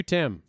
Tim